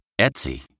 Etsy